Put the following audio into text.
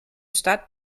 stadt